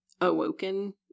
awoken